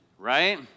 right